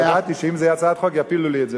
ידעתי שאם זו תהיה הצעת חוק יפילו לי את זה,